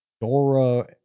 Dora